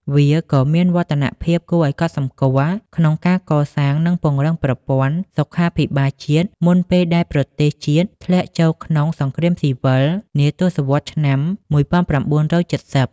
វាក៏មានវឌ្ឍនភាពគួរឱ្យកត់សម្គាល់ក្នុងការកសាង និងពង្រីកប្រព័ន្ធសុខាភិបាលជាតិមុនពេលដែលប្រទេសជាតិធ្លាក់ចូលក្នុង សង្គ្រាមស៊ីវិលនាទសវត្សរ៍ឆ្នាំ១៩៧០។